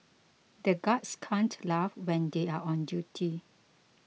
the guards can't laugh when they are on duty